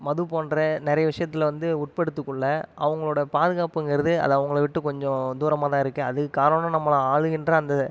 மது போன்ற நிறைய விஷயத்துல வந்து உட்படுத்தி கொள்ள அவங்களோடய பாதுகாப்புங்கிறது அது அவங்களை விட்டு கொஞ்சம் தூரமாகதான் இருக்குது அதுக்கு காரணம் நம்மளை ஆளுகின்ற அந்த